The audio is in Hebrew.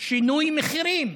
שינוי מחירים,